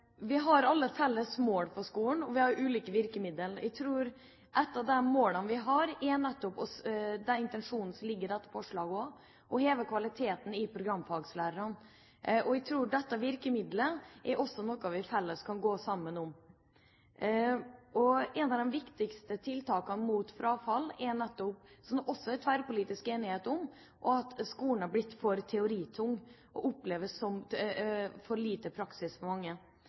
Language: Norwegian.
skolen, men vi har ulike virkemiddel. Jeg tror et av de målene vi har, og det er intensjonen som ligger i dette forslaget også, nettopp er å heve kvaliteten hos programfaglærerne. Og jeg tror dette virkemidlet er noe vi felles kan gå sammen om. Det er også tverrpolitisk enighet om at skolen er blitt for teoritung og oppleves som for lite praktisk for mange. Et av de viktigste tiltakene mot frafall er nettopp derfor å skape flere arenaer der de med gode praktiske egenskaper og